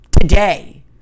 today